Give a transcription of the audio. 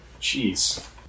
Jeez